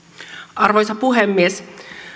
arvoisa puhemies